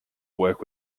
worked